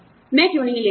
मैं क्यों नहीं ले सकता